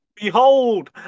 Behold